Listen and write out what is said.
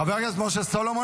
חבר הכנסת משה סולומון,